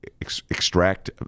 extract